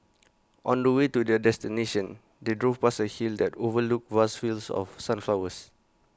on the way to their destination they drove past A hill that overlooked vast fields of sunflowers